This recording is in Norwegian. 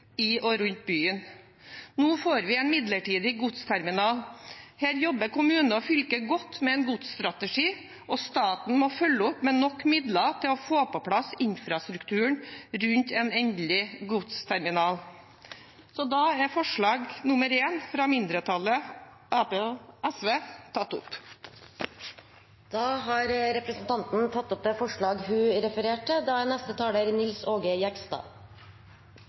i og rundt byen. Nå får vi en midlertidig godsterminal. Her jobber kommunen og fylket godt med en godsstrategi, og staten må følge opp med nok midler til å få på plass infrastrukturen rundt en endelig godsterminal. Jeg tar opp forslag nr. 1, fra Arbeiderpartiet og SV. Representanten Kirsti Leirtrø har tatt opp det forslaget hun refererte til.